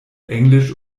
englisch